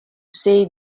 say